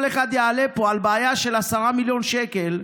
אחד יעלה פה על בעיה של 10 מיליון שקל,